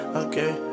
okay